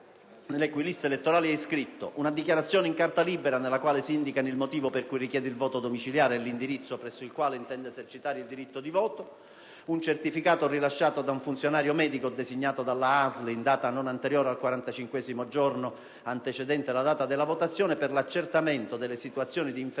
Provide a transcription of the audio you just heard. nelle cui liste elettorali è iscritto, una dichiarazione in carta libera nella quale si indicano il motivo per cui richiede il voto domiciliare e l'indirizzo presso il quale intende esercitare il diritto di voto, nonché un certificato rilasciato dal funzionario medico designato dalla ASL, in data non anteriore al quarantacinquesimo giorno antecedente la data della votazione, per l'accertamento delle situazioni di infermità